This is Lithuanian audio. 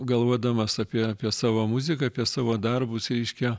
galvodamas apie apie savo muziką apie savo darbus reiškia